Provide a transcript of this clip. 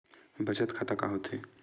बचत खाता का होथे?